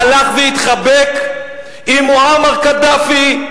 הלך והתחבק עם מועמר קדאפי,